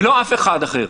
ולא אף אחד אחר.